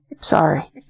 Sorry